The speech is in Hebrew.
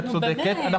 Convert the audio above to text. את צודקת,